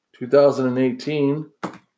2018